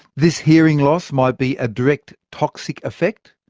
this hearing loss might be a direct toxic effect,